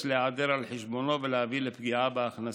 להיעדר על חשבונו ולהביא לפגיעה בהכנסה.